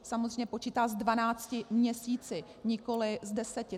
Samozřejmě počítá s dvanácti měsíci, nikoliv s deseti.